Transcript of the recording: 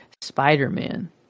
Spider-Man